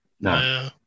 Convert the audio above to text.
No